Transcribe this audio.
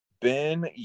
Ben